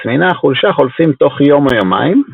תסמיני החולשה חולפים תוך יום או יומיים,